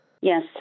Yes